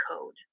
code